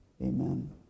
Amen